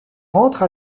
rentre